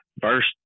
First